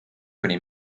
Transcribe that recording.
kuni